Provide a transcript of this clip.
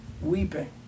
weeping